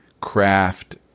craft